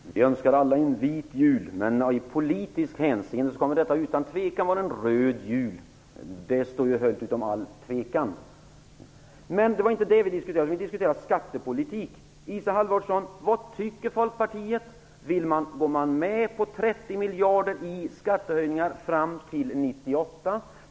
Herr talman! Vi önskar alla en vit jul, men i politiskt hänseende kommer detta utan tvivel att vara en röd jul. Det står höjt över allt tvivel. Det var emellertid inte det vi diskuterade, utan vi diskuterade skattepolitik. Isa Halvarsson, vad tycker Folkpartiet? Går man med på 30 miljarder i skattehöjningar fram till 1998?